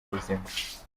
buzima